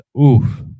oof